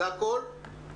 זה הכול?